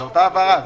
זו אותה העברה.